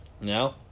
No